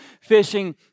fishing